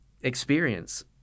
experience